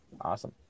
Awesome